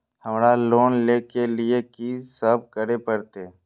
हमरा लोन ले के लिए की सब करे परते?